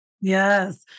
Yes